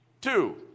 Two